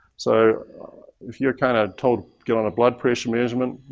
so if you're kind of told, get on a blood pressure management,